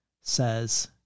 says